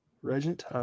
Regent